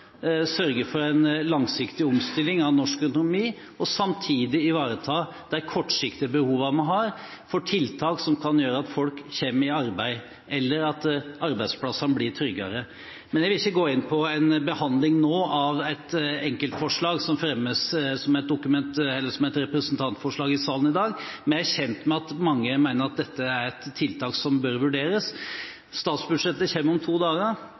sørge for en langsiktig omstilling av norsk økonomi og samtidig ivareta de kortsiktige behovene vi har for tiltak som kan gjøre at folk kommer i arbeid, eller at arbeidsplassene blir tryggere. Jeg vil ikke gå inn på en behandling nå av et enkeltforslag som fremmes som et representantforslag i salen i dag, men jeg er kjent med at mange mener at dette er et tiltak som bør vurderes. Statsbudsjettet kommer om to dager.